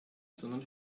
sondern